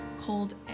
cold